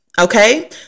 okay